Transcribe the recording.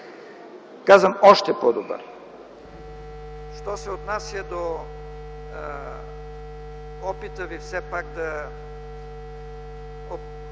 Казвам: още по-добър.